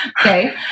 Okay